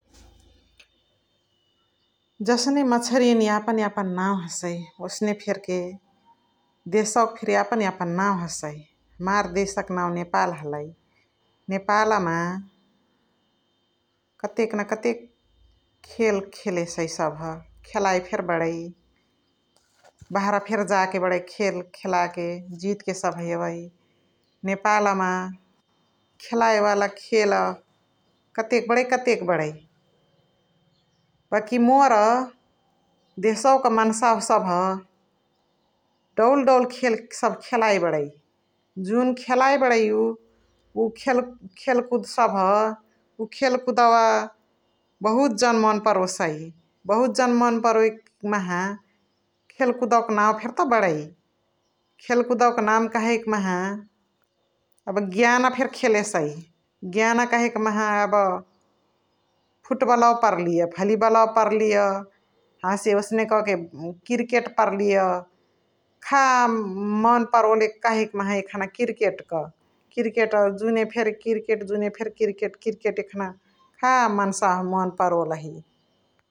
जनसे मछरी नि यापन यापन नाउ हसए ओसने फेर्के देसवक फेनी यापन यापन नाउ हसए । हमार देसाउ क नाउ नेपाल हलइ । नेपालमा कतेक न कतेक खेल खेल खेसै सभ खेलाई फेरी बणै । बहरा फेरी जाके बणै खेल खेलाके जीत सभ यवै । नेपालमा खेलयावाला खेल कतेक बणै कतेक बणै बकी मोर देसाउ क मन्सवा सभ दौल दौल खेल सभ खेलाई बणै । जुन खेलाई बणै उव खेल कुद सभ उव खेल्कुदवा बहुत जन मन परोसइ बहुत जन मन परोसइकी माहा खेल्कुदवा क नाउ फेर्का बणै । खेल्कुदवा क नाउ कहई कि माहा यबा गियाना फेर्के खेलेसै । गियाना कहई कि माहा यबा फूट्बलवा पर्लिय, भलिबलवा पर्लिय हसे ओसने कह के किर्केटवा पर्लिय खा मन परोले कहई कि माहा यखना किर्केट्क । किर्केट जुन फेर्के किर्केट जुन फेर्के किर्केट्, किर्केट यखना खा मन्सवाह मन परोलही ।